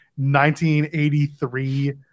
1983